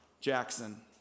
Jackson